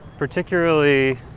Particularly